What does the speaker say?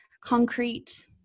concrete